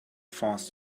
faster